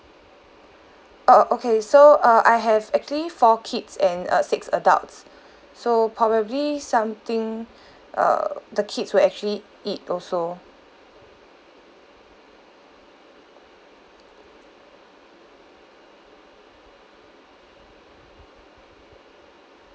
oh okay so uh I have actually four kids and uh six adults so probably something uh the kids will actually eat also